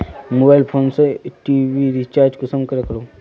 Mobile phone से TV recharge कुंसम करे करूम?